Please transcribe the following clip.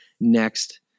next